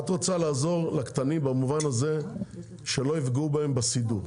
את רוצה לעזור לקטנים במובן הזה שלא יפגעו בהם בסידור,